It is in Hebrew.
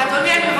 לא.